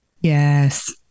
Yes